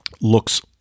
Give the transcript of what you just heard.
looks